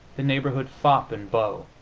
the neighborhood fop and beau,